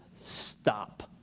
stop